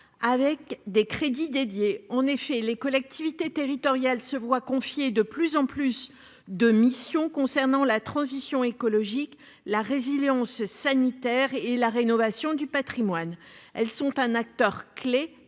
de crédits spécifiques. Les collectivités territoriales se voient confier de plus en plus de missions sur la transition écologique, la résilience sanitaire et la rénovation du patrimoine. Elles sont un acteur clé